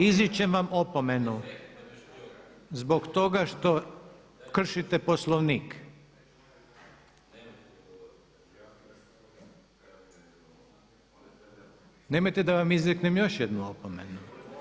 Izričem vam opomenu zbog toga što kršite Poslovnik. … [[Upadica sa strane, ne razumije se.]] Nemojte da vam izreknem još jednu opomenu.